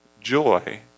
joy